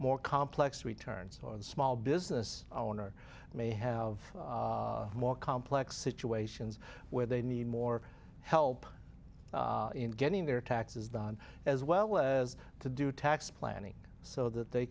more complex returns on small business owner may have more complex situations where they need more help in getting their taxes done as well as to do tax planning so that they